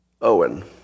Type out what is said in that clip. Owen